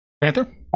Panther